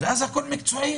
ואז הכול מקצועי